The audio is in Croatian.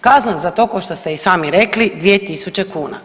Kazna za to ko što ste i sami rekli, 2.000 kuna.